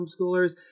homeschoolers